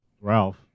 Ralph